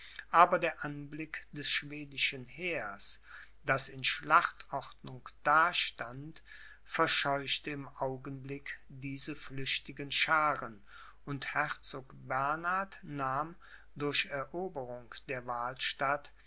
aber der anblick des schwedischen heers das in schlachtordnung dastand verscheuchte im augenblick diese flüchtigen schaaren und herzog bernhard nahm durch eroberung der wahlstatt